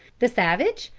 the savage,